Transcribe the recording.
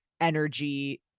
energy